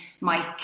Mike